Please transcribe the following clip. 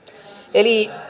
eli